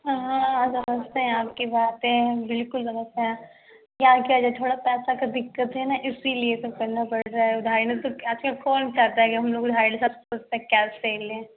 हँ समझते हैं आपकी बातें बिल्कुल समझते हैं क्या किया जाए थोड़ा पैसा का दिक्कत है न इसलिए सब करना पड़ रहा है उधारी नहीं तो आजकल कौन चाहता है कि हम लोग उधारी लें सब सोचता है कि क्यास से ही लें